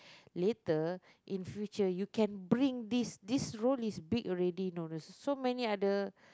later in future you can bring this this role is big already know so many other